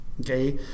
Okay